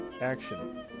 action